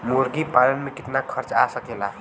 मुर्गी पालन में कितना खर्च आ सकेला?